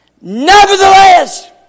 Nevertheless